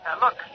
look